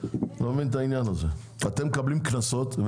אתם מקבלים קנסות.